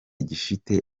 gifite